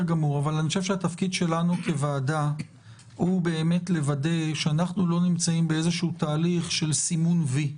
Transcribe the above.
התפקיד שלנו כוועדה הוא לוודא שאנחנו לא נמצאים בתהליך של סימון וי,